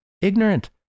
Ignorant